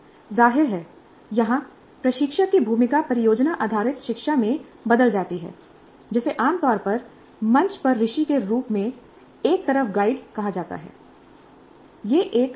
जाहिर है यहां प्रशिक्षक की भूमिका परियोजना आधारित शिक्षा में बदल जाती है जिसे आम तौर पर मंच पर ऋषि के रूप में एक तरफ गाइड कहा जाता है